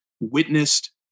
witnessed